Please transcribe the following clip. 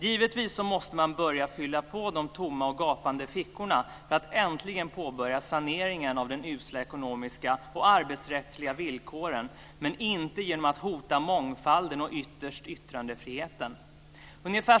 Givetvis måste man börja fylla på de tomma och gapande fickorna för att äntligen påbörja saneringen av de usla ekonomiska och arbetsrättsliga villkoren. Men det ska inte ske genom att hota mångfalden och ytterst yttrandefriheten.